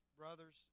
brothers